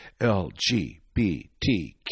LGBTQ